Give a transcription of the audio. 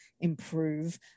improve